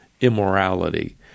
immorality